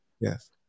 Yes